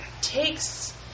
Takes